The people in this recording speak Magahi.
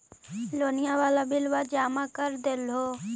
लोनिया वाला बिलवा जामा कर देलहो?